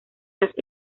las